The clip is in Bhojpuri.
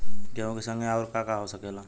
गेहूँ के संगे आऊर का का हो सकेला?